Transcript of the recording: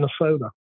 Minnesota